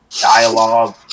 dialogue